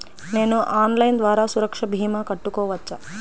నేను ఆన్లైన్ ద్వారా సురక్ష భీమా కట్టుకోవచ్చా?